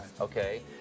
Okay